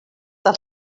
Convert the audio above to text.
dels